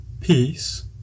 Peace